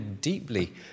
deeply